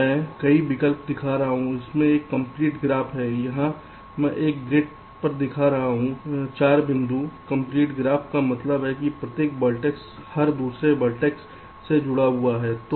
तो मैं कई विकल्प दिखा रहा हूं पहले एक कंप्लीट ग्राफ है यहां मैं एक ग्रिड पर दिखा रहा हूं 4 बिंदु कंप्लीट ग्राफ का मतलब है कि प्रत्येक वर्टेक्स हर दूसरे वर्टेक्स से जुड़ा है